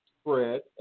spread